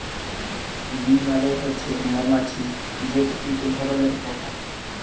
bee মালে হছে মমাছি যেট ইক ধরলের পকা